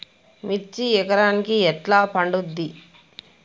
మిర్చి ఎకరానికి ఎట్లా పండుద్ధి?